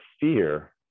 fear